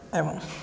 एवं